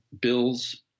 bills